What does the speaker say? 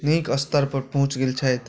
नीक स्तरपर पहुँच गेल छथि